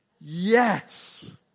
Yes